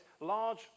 large